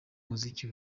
muziki